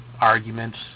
arguments